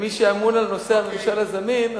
כמי שאמון על נושא הממשל הזמין,